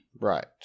Right